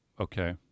Okay